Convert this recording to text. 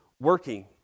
working